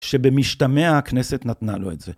שבמשתמע הכנסת נתנה לו את זה.